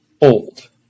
old